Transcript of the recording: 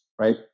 right